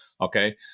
okay